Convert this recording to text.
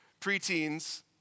preteens